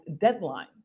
deadline